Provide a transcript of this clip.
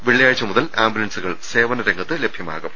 വെള്ളിയാഴ്ച മുതൽ ആംബുലൻസുകൾ സേവന രംഗത്ത് ലഭ്യമാകും